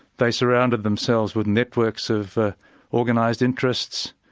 they surrounded themselves with networks of organised interests,